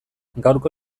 gaurko